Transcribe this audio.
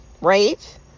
right